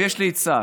יש לי עצה: